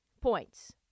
points